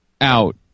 out